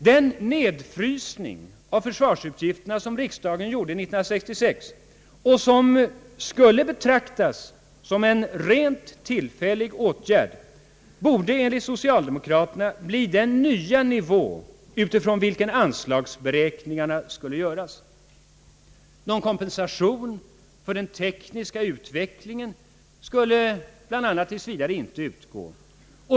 Den nedfrysning av försvarsutgifterna, som riksdagen beslöt 1966 och som skulle betraktas såsom en rent tillfällig åtgärd, borde enligt socialdemokraterna bli den nya nivå, utifrån vilken anslagsberäkningarna skulle göras. Någon kompensation för den tekniska utvecklingen skulle bl.a. tills vidare inte utgå.